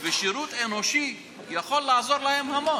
ושירות אנושי יכול לעזור להם מאוד